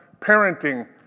parenting